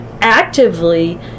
actively